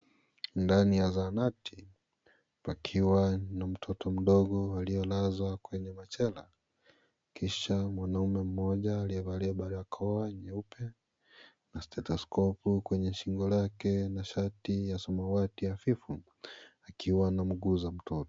Ndani ya zahanati, pakiwa na mtoto mdogo aliyelazwa kwenye machela. Kisha mwanaume mmoja aliyevalia barakoa nyeupe, na stethoskopu kwenye shingo lake ya samawati hafifu, akiwa anamugusa mtoto.